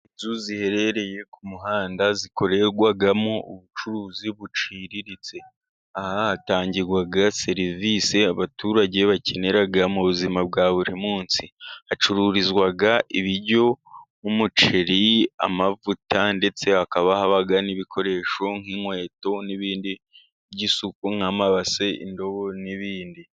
Inzu ziherereye ku muhanda zikorerwamo ubucuruzi buciriritse, aha hatangirwa serivisi abaturage bakenera mu buzima bwa buri munsi, hacururizwa ibiryo umuceri, amavuta ndetse hakaba n'ibikoresho nk'inkweto n'ibindi by'isuku nk'amabase, indobo n'ibindi.